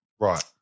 Right